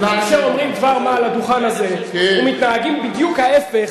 כאשר אומרים דבר מה על הדוכן הזה ומתנהגים בדיוק ההיפך,